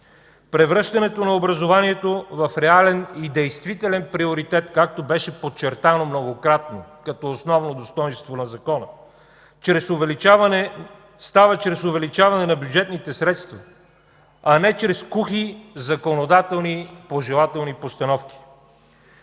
Превръщането на образованието в реален и действителен приоритет, както беше подчертано многократно като основно достойнство на закона, става чрез увеличаване на бюджетните средства, а не чрез кухи законодателни пожелателни постановки.